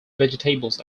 vegetables